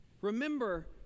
Remember